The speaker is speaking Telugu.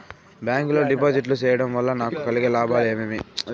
బ్యాంకు లో డిపాజిట్లు సేయడం వల్ల నాకు కలిగే లాభాలు ఏమేమి?